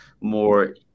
more